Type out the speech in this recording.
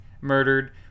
murdered